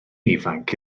ifanc